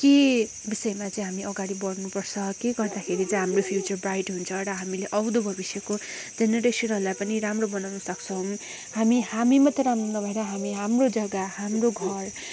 के विषयमा चाहिँ हामी अगाडि बढ्नुपर्छ के गर्दाखेरि चाहिँ हाम्रो फ्युचर ब्राइट हुन्छ र हामीले आउँदो भविष्यको जेनेरेसनहरूलाई पनि राम्रो बनाउनु सक्छौँ हामी हामी मात्रै राम्रो नभएर हामी हाम्रो जग्गा हाम्रो घर